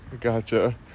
gotcha